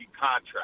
contract